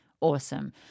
awesome